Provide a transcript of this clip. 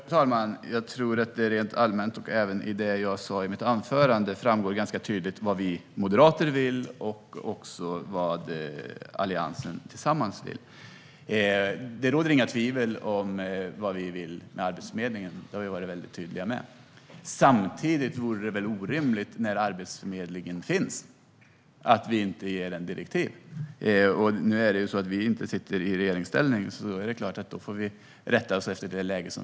Fru talman! Jag tror att det rent allmänt och även av det jag sa i mitt anförande framgår ganska tydligt vad vi moderater vill och också vad Alliansen tillsammans vill. Det råder inga tvivel om vad vi vill med Arbetsförmedlingen. Det har vi varit väldigt tydliga med. Samtidigt vore det väl orimligt, när Arbetsförmedlingen finns, om vi inte skulle ge den direktiv. Nu sitter vi inte i regeringsställning och får så klart rätta oss efter läget.